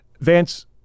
Vance